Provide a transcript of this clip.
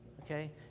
Okay